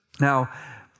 Now